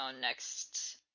next